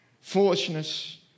foolishness